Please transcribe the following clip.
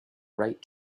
right